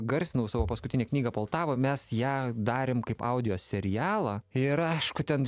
garsinau savo paskutinę knygą poltavą mes ją darėm kaip audio serialą ir aišku ten